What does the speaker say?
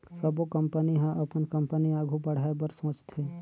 सबो कंपनी ह अपन कंपनी आघु बढ़ाए बर सोचथे